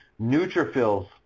neutrophils